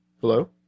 Hello